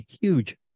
huge